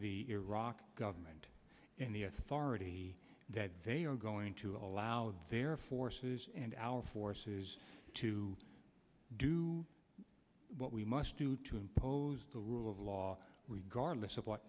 the iraq government and the authority that they are going to allow their forces and our forces to do what we must do to impose the rule of law regardless of what